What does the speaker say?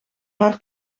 haar